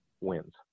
wins